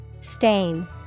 Stain